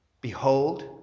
behold